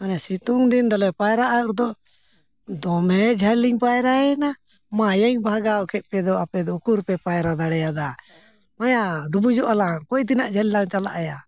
ᱢᱟᱱᱮ ᱥᱤᱛᱩᱝ ᱫᱤᱱ ᱫᱚᱞᱮ ᱯᱟᱭᱨᱟᱜᱼᱟ ᱟᱫᱚ ᱫᱚᱢᱮ ᱡᱷᱟᱹᱞ ᱞᱤᱧ ᱯᱟᱭᱨᱟᱭᱮᱱᱟ ᱢᱟᱭᱟᱹᱧ ᱵᱷᱟᱜᱟᱣ ᱠᱮᱫ ᱯᱮ ᱫᱚ ᱟᱯᱮ ᱫᱚ ᱩᱠᱩᱨᱯᱮ ᱯᱟᱭᱨᱟ ᱫᱟᱲᱮᱭᱟᱫᱟ ᱢᱟᱭᱟ ᱰᱩᱵᱩᱡᱚᱜᱼᱟ ᱞᱟᱝ ᱚᱠᱚᱭ ᱛᱤᱱᱟᱹᱜ ᱡᱷᱟᱹᱞ ᱞᱟᱝ ᱪᱟᱞᱟᱜ ᱟᱭᱟ